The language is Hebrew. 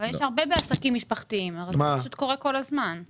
אבל יש הרבה בעסקים משפחתיים, זה קורה כל הזמן.